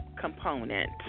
component